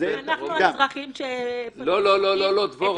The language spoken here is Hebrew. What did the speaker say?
אנחנו האזרחים ש --- לא, לא, לא, דבורה.